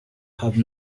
have